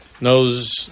knows